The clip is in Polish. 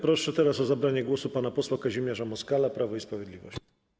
Proszę teraz o zabranie głosu pana posła Kazimierza Moskala, Prawo i Sprawiedliwość.